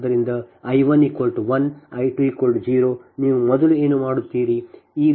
ಆದ್ದರಿಂದ I 1 1 I 2 0 ನೀವು ಮೊದಲು ಏನು ಮಾಡುತ್ತೀರಿ